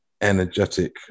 energetic